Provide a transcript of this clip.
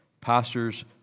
Pastors